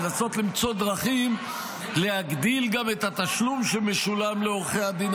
לנסות למצוא דרכים להגדיל גם את התשלום שמשולם לעורכי הדין